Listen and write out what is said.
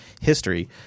history